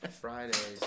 Fridays